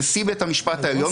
בוודאי.